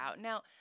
now